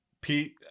Pete